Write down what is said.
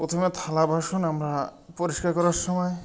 প্রথমে থালা বাসন আমরা পরিষ্কার করার সময়